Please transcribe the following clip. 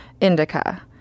Indica